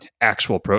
actual